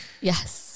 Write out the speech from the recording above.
Yes